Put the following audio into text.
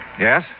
Yes